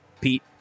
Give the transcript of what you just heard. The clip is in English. Pete